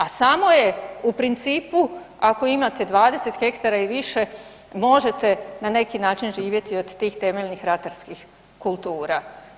A samo je u principu, ako imate 20 ha i više, možete na neki način živjeti od tih temeljenih ratarskih kultura.